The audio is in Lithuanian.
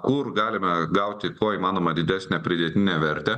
kur galima gauti kuo įmanoma didesnę pridėtinę vertę